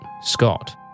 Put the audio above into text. Scott